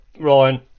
Ryan